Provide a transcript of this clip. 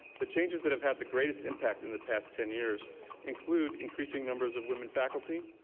the changes that have had the greatest impact in the past ten years include increasing numbers of women faculty,